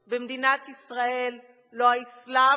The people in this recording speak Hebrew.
במדינת ישראל לא האסלאם,